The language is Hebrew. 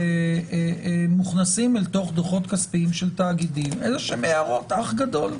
שמוכנסים לדוחות כספיים של תאגידים הערות אח גדול,